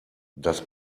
das